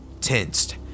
tensed